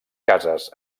cases